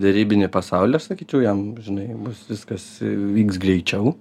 derybinį pasaulį aš sakyčiau jam žinai bus viskas vyks greičiau